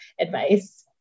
advice